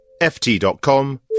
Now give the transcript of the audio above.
ft.com